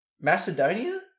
Macedonia